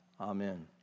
Amen